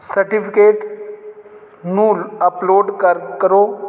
certificate ਨੂੰ upload ਕਰ ਕਰੋ